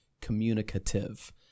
communicative